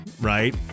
right